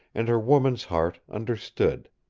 and her woman's heart understood.